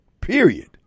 period